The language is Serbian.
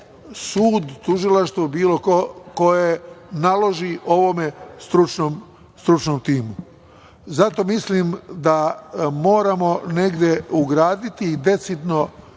sud, tužilaštvo, bilo ko ko naloži ovome stručnom timu. Zato mislim da moramo negde ugraditi i decidno